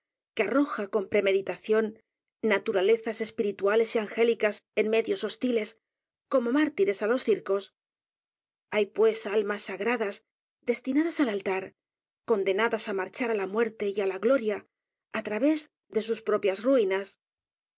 que arroja con p r e meditación naturalezas espirituales y angélicas en medios hostiles como mártires á los circos hay pues almas sagradas destinadas al altar condenadas á marchar á la muerte y a l a gloria á t r a v é s de sus p r o pias ruinas